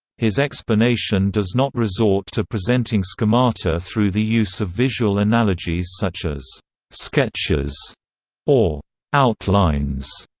his explanation does not resort to presenting schemata through the use of visual analogies such as sketches or outlines.